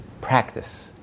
practice